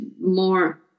more